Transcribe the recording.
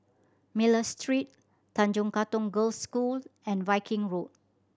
Miller Street Tanjong Katong Girls' School and Viking Road